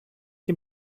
dem